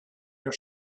your